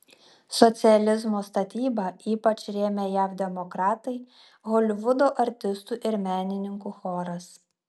socializmo statybą ypač rėmė jav demokratai holivudo artistų ir menininkų choras